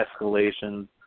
escalations